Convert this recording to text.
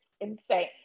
insane